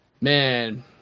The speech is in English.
Man